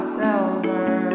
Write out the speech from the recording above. silver